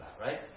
right